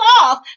off